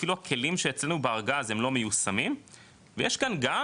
אפילו הכלים שאצלנו בארגז הם לא מיושמים ויש כאן גם,